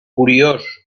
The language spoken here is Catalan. curiós